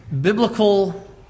biblical